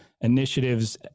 initiatives